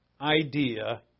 idea